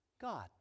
God